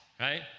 right